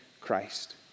Christ